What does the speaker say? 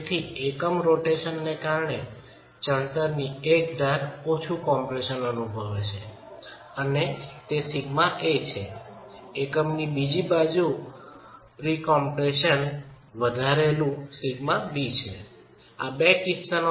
તેથી એકમ રોટેશન ને કારણે ચણતર ની એક ધાર ઓછી કમ્પ્રેશન અનુભવે છે અને તે છે σa એકમની બીજી બાજુ ઇન્ક્રીજ પ્રી કમ્પ્રેશન σb છે આ બે કિસ્સાઓમાં